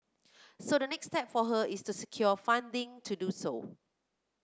so the next step for her is to secure funding to do so